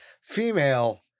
female